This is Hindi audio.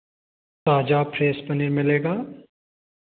ताज़ा फ्रेश पनीर मिलेगा